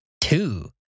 two